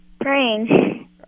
praying